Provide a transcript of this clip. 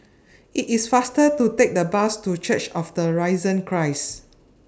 IT IS faster to Take The Bus to Church of The Risen Christ